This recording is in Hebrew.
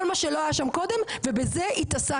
כל מה שלא היה שם קודם ובזה התעסקתי.